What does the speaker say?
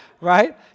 right